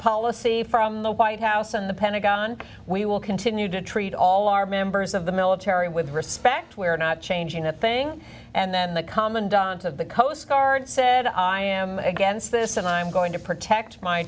policy from the white house and the pentagon we will continue to treat all our members of the military with respect we're not changing a thing and then the commandant of the coast guard said i am against this and i'm going to protect m